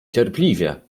cierpliwie